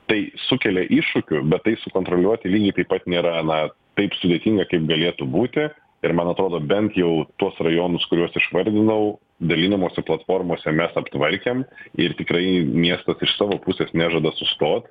tai sukelia iššūkių bet tai sukontroliuoti lygiai taip pat nėra na taip sudėtinga kaip galėtų būti ir man atrodo bent jau tuos rajonus kuriuos išvardinau dalinimosi platformose mes aptvarkėm ir tikrai miestas iš savo pusės nežada sustot